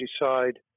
decide